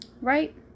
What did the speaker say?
Right